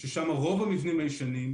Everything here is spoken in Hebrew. ששם רוב המבנים הישנים,